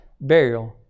burial